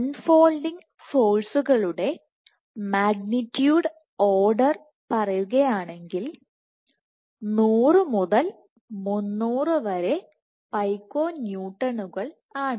അൺ folding ഫോഴ്സുകളുടെ magnitude order പറയുകയാണെങ്കിൽ 100 മുതൽ 300 വരെ പൈക്കോന്യൂട്ടണുകൾ ആണ്